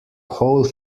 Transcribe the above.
whole